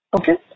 Okay